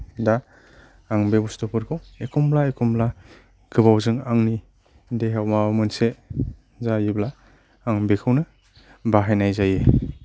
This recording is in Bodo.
दा आं बे बुस्तुफोरखौ एखमब्ला एखमब्ला गोबावजों आंनि देहायाव माबा मोनसे जायोब्ला आं बेखौनो बाहायनाय जायो